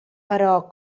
però